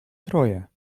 troje